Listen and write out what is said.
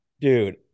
Dude